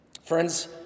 Friends